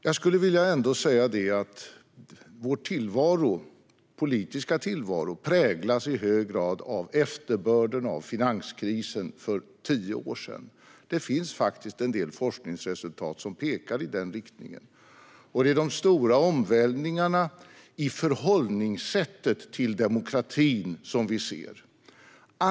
Jag skulle vilja säga att vår politiska tillvaro i hög grad präglas av efterbörden av finanskrisen för tio år sedan. Det finns faktiskt en del forskningsresultat som pekar i den riktningen. Det är i de stora omvälvningarna i förhållningssättet till demokratin som vi ser det.